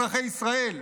אזרחי ישראל,